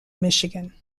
michigan